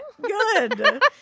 good